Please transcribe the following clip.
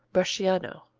bresciano